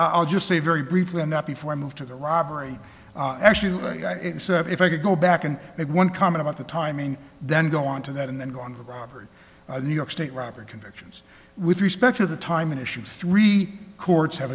i'll just say very briefly on that before i move to the robbery actually like i said if i could go back and make one comment about the timing then go on to that and then go on to robert new york state robert convictions with respect to the time in issue three courts have